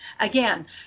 Again